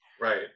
Right